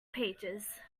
pages